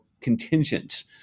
contingent